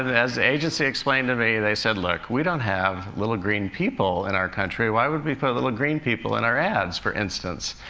as the agency explained to me, they said, look, we don't have little green people in our country why would we put little green people in our ads, for instance?